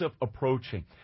approaching